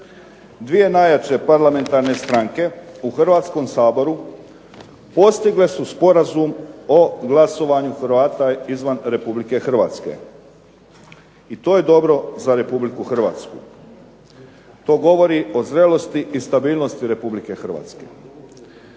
Dvije najjače parlamentarne stranke u Hrvatskom saboru postigle su sporazum o glasovanju Hrvata izvan Republike Hrvatske i to je dobro za Republiku Hrvatsku. To govori o zrelosti i stabilnosti Republike Hrvatske.